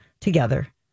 together